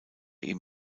ihm